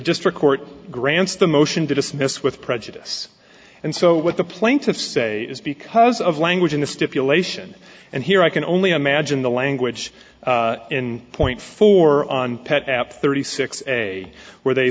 district court grants the motion to dismiss with prejudice and so what the plaintiffs say is because of language in the stipulation and here i can only imagine the language in point four on pet app thirty six a where they